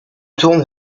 tournent